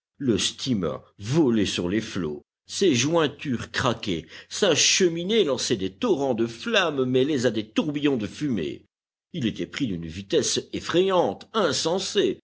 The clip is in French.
le steamer volait sur les flots ses jointures craquaient sa cheminée lançait des torrents de flammes mêlés à des tourbillons de fumée il était pris d'une vitesse effrayante insensée